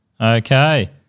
Okay